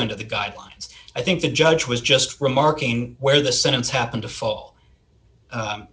end of the guidelines i think the judge was just remarking where the sentence happened to fall